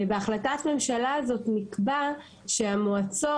בהחלטת הממשלה הזו נקבע כי המועצות,